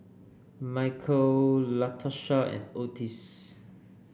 Michal Latarsha and Ottis